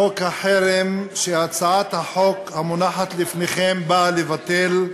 חוק החרם שהצעת החוק המונחת לפניכם באה לבטל,